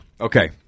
Okay